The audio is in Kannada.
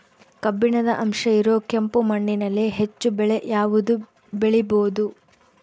ಕಬ್ಬಿಣದ ಅಂಶ ಇರೋ ಕೆಂಪು ಮಣ್ಣಿನಲ್ಲಿ ಹೆಚ್ಚು ಬೆಳೆ ಯಾವುದು ಬೆಳಿಬೋದು?